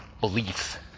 belief